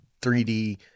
3d